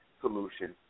solution